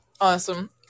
Awesome